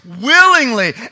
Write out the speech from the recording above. willingly